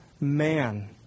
man